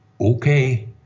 okay